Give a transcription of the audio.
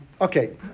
Okay